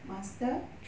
master